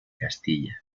castilla